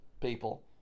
people